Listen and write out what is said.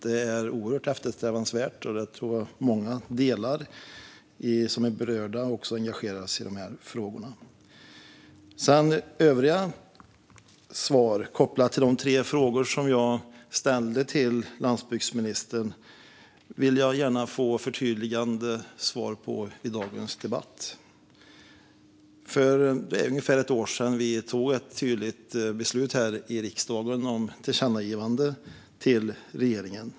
Det är mycket eftersträvansvärt och något som många som är berörda av och engagerade i dessa frågor stöder. När det gäller svaren på de tre frågor jag ställde till landsbygdsministern vill jag dock gärna få förtydliganden i dagens debatt. För ungefär ett år sedan tog riksdagen ett beslut om ett tillkännagivande till regeringen.